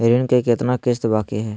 ऋण के कितना किस्त बाकी है?